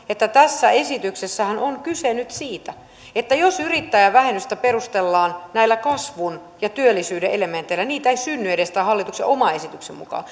että tässä esityksessähän on kyse nyt siitä että yrittäjävähennystä perustellaan näillä kasvun ja työllisyyden elementeillä vaikka niitä ei synny edes tämän hallituksen oman esityksen mukaan